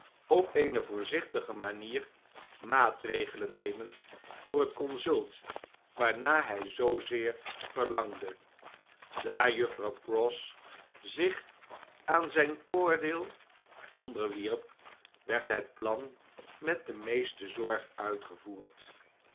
op eene voorzichtige manier maatregelen nemen voor het consult waarnaar hy zoozeer verlangde daar juffrouw pross zich aan zijn oordeel onderwierp werd het plan met de meeste zorg uitgevoerd